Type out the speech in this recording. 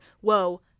Whoa